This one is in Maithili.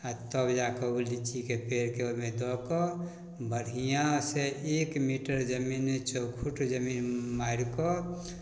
आओर तब जाकऽ ओ लिच्चीके पेड़के ओहिमे दऽ कऽ बढ़िआँसँ एक मीटर जमीनमे चौखुट जमीन मारिकऽ